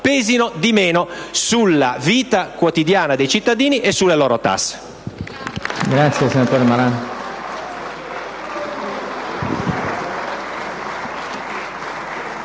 pesino di meno sulla vita quotidiana dei cittadini e sulle loro tasse.